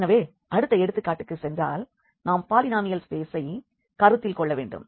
எனவே அடுத்த எடுத்துக்காட்டுக்கு சென்றால் நாம் பாலினாமியல் ஸ்பேசை கருத்தில் கொள்ள வேண்டும்